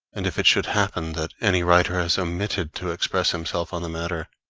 and if it should happen that any writer has omitted to express himself on the matter,